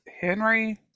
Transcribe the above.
Henry